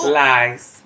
lies